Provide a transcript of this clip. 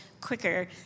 quicker